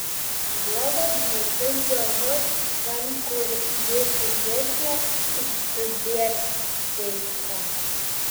juolab nekišk galvos ten kur ji pigesnė už tiubeteiką